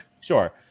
Sure